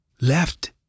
Left